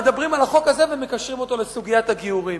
מדברים על החוק הזה ומקשרים אותו לסוגיית הגיורים.